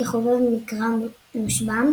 כחובב מקרא מושבע,